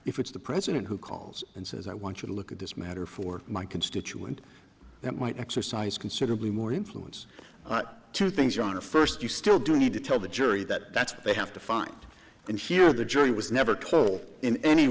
if it's the president who calls and says i want you to look at this matter for my constituent that might exercise considerably more influence to things your honor first you still do need to tell the jury that that's what they have to find and here the jury was never closed in any